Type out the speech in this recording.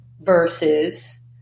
versus